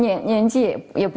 yeah yeah yeah